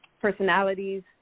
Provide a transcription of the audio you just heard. personalities